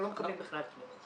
אנחנו לא מקבלים בכלל תמיכות.